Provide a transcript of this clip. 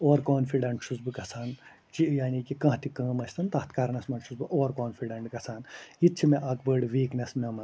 اُور confident چھُس بہٕ گَژھان یعنی کہِ کانٛہہ تہِ کٲم ٲستن تتھ کرنس منٛز چھُس بہٕ اُور کانٛفڈنڈ گَژھان یہِ تہِ چھِ مےٚ اکھ بٔڑ ویٖکنٮ۪س مےٚ منٛز